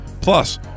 Plus